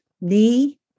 knee